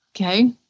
Okay